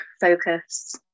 focus